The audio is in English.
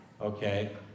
Okay